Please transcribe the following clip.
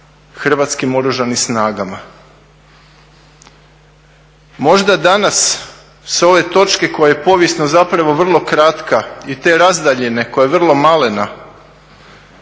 Hrvatskim oružanim snagama. Možda danas sa ove točke koja je povijesno zapravo vrlo kratka i te razdaljine koja je vrlo malena